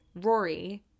Rory